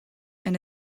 and